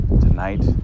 tonight